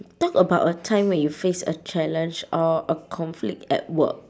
talk about a time where you faced a challenge or a conflict at work